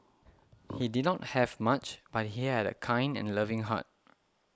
he did not have much but he had a kind and loving heart